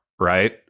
right